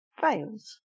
fails